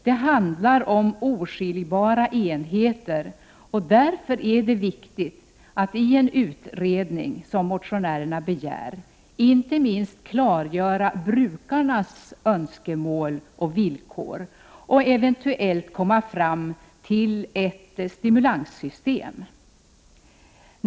Det handlar om oskiljbara enheter, och därför är det viktigt att i en utredning, som motionärerna begär, inte minst klargöra brukarnas önskemål och villkor samt eventuellt komma fram till ett stimulanssystem.